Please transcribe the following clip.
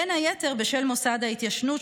בין היתר בשל מוסד ההתיישנות,